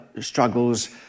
struggles